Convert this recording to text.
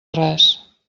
res